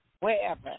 Wherever